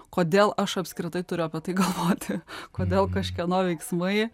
kodėl aš apskritai turiu apie tai galvoti kodėl kažkieno veiksmai